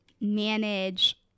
manage